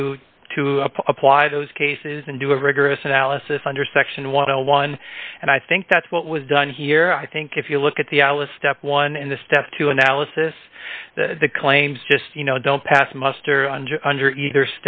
to to apply those cases and do a rigorous analysis under section one hundred and one and i think that's what was done here i think if you look at the i was step one in the step two analysis that the claims just you know don't pass muster under under either